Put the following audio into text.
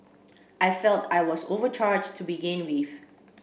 I felt I was overcharged to begin with